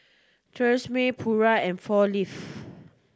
Tresemme Pura and Four Leave